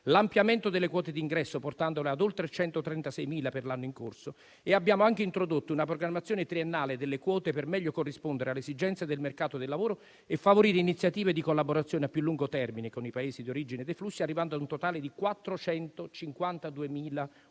l'ampliamento delle quote di ingresso, portandole ad oltre 136.000 per l'anno in corso. E abbiamo anche introdotto una programmazione triennale delle quote per meglio corrispondere alle esigenze del mercato del lavoro e favorire iniziative di collaborazione più a lungo termine con i Paesi d'origine dei flussi, arrivando ad un totale di 452.000